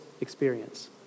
experience